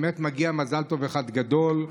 באמת מגיע מזל טוב אחד גדול,